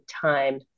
time